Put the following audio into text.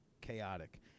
chaotic